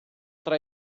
tra